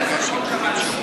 להגיע שם להסכמות,